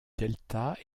delta